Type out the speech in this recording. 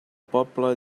pobla